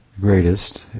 greatest